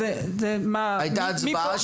הייתה הצבעה של ביטול?